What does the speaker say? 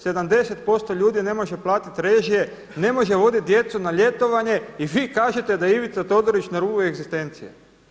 70% ljudi ne može platiti režije, ne može vodit djecu na ljetovanje i vi kažete da je Ivica Todorić na rubu egzistencije.